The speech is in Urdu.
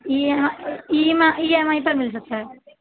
ای یہاں E M I E M I پر مل سکتا ہے